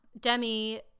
Demi